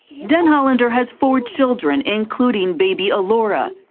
denhollander has four children including baby alora.